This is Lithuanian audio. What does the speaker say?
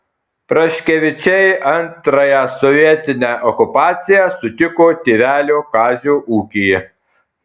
praškevičiai antrąją sovietinę okupaciją sutiko tėvelio kazio ūkyje